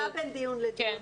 גם הפסקה בין דיון לדיון.